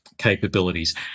capabilities